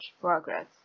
progress